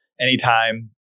anytime